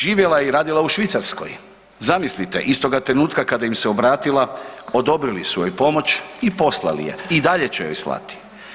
Živjela je i radila u Švicarskoj, zamislite, istoga trenutka kada im se obratila, odobrili su joj pomoć i poslali je i dalje će joj slati.